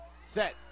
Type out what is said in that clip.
Set